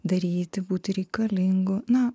daryti būti reikalingu na